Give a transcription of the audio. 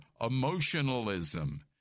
emotionalism